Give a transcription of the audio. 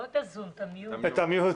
נעבור בינתיים למישהו אחר ואז נעבור אליך,